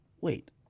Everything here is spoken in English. Wait